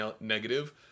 negative